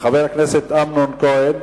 חבר הכנסת אמנון כהן,